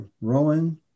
rowing